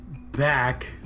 back